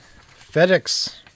FedEx